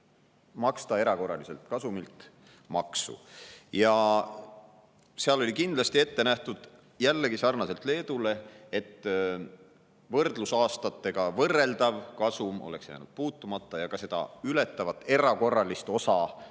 maksta erakorraliselt kasumilt maksu. Ja seal oli kindlasti ette nähtud – jällegi sarnaselt Leeduga –, et võrdlusaastatega võrreldav kasum oleks jäänud puutumata ja ka kõike seda ületavat erakorralist osa